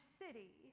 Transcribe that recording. city